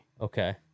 Okay